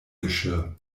geschirr